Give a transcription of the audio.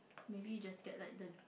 maybe just get like the